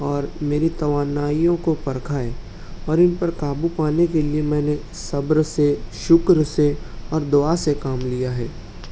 اور میری توانائیوں کو پرکھا ہے اور ان پر قابو پانے کے لیے میں نے صبر سے شکر سے اور دعا سے کام لیا ہے